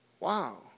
Wow